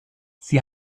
sie